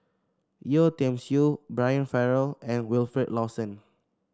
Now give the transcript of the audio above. Yeo Tiam Siew Brian Farrell and Wilfed Lawson